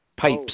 pipes